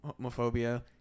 homophobia